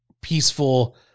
peaceful